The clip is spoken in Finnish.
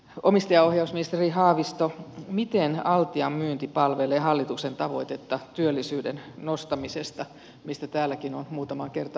omistajaohjausministeri haavisto miten altian myynti palvelee hallituksen tavoitetta työllisyyden nostamisesta mistä täälläkin on muutamaan kertaan jo keskusteltu